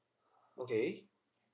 okay